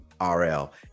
rl